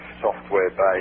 software-based